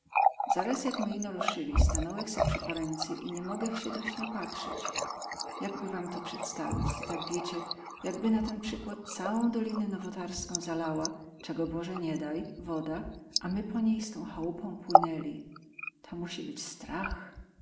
zaraz jak my ino rusyli stanąłech se przy poręcy i ni mógech sie doś napatrzyć jakby wam to przedstawić to tak wiecie jakby natenprzykład całą doliną nowotarską zalała cego boze nie daj woda a my po niej z tą chałupą płynęli to musi być strach